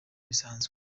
bisanzwe